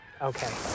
Okay